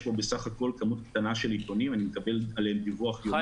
יש פה בסך הכול כמות קטנה של עיתונים ואני מקבל עליהם דיווח יומי.